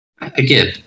Again